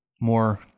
more